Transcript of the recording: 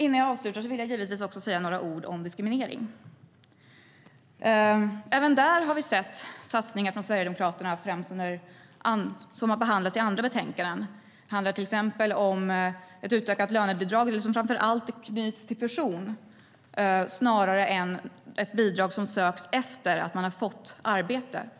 Innan jag avslutar vill jag givetvis säga några ord om diskriminering. Även där har vi sett satsningar från Sverigedemokraterna som främst har behandlats i andra betänkanden. Det handlar till exempel om ett utökat lönebidrag som framför allt knyts till person, snarare än ett bidrag som söks efter att man har fått arbete.